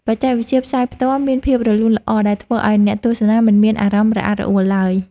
បច្ចេកវិទ្យាផ្សាយផ្ទាល់មានភាពរលូនល្អដែលធ្វើឱ្យអ្នកទស្សនាមិនមានអារម្មណ៍រអាក់រអួលឡើយ។